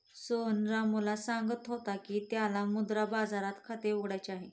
सोहन रामूला सांगत होता की त्याला मुद्रा बाजारात खाते उघडायचे आहे